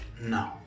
No